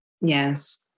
Yes